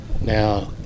Now